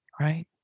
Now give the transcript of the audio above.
right